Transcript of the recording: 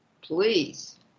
please